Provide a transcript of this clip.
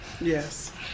Yes